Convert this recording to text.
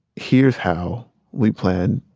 here's how we plan